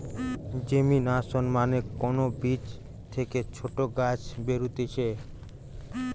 germination মানে কোন বীজ থেকে ছোট গাছ বেরুতিছে